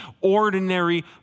ordinary